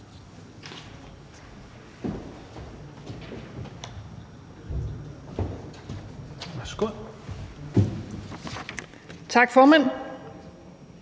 Tak, formand,